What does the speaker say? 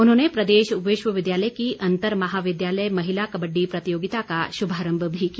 उन्होंने प्रदेश विश्वविद्यालय की अंतर महाविद्यालय महिला कब्बड्डी प्रतियोगिता का शुभारंभ भी किया